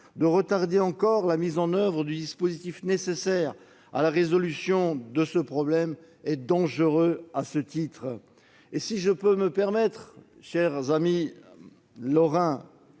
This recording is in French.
de retarder encore la mise en oeuvre du dispositif nécessaire à la résolution de ce problème est dangereux. Et si je puis me permettre, mes chers amis lorrains,